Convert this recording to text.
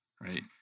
right